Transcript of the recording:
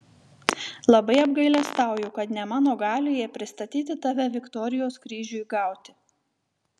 labai apgailestauju kad ne mano galioje pristatyti tave viktorijos kryžiui gauti